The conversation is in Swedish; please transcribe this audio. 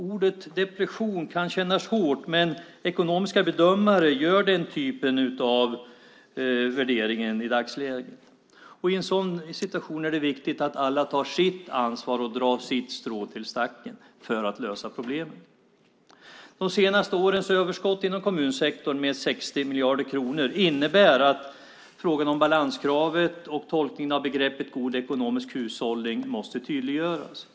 Ordet depression kan kännas hårt, men ekonomiska bedömare gör den typen av värdering i dagsläget. I en sådan situation är det viktigt att alla tar sitt ansvar och drar sitt strå till stacken för att lösa problemen. De senaste årens överskott inom kommunsektorn med 60 miljarder kronor innebär att frågan om balanskravet och tolkningen av begreppet god ekonomisk hushållning måste tydliggöras.